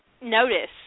notice